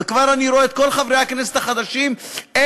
וכבר אני רואה את כל חברי הכנסת החדשים איך